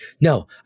no